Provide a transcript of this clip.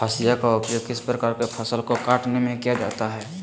हाशिया का उपयोग किस प्रकार के फसल को कटने में किया जाता है?